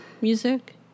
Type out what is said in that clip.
music